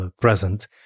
present